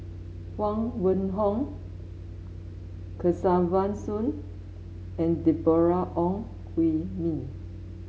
Huang Wenhong Kesavan Soon and Deborah Ong Hui Min